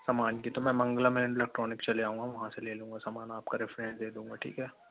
सामान की तो मैं मंगलम इलेक्ट्रॉनिक्स से ले आऊँगा वहाँ से ले लूँगा सामान आप का रिफ़न्ड दे दूंगा ठीक है